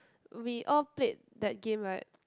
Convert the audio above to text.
we all played that game right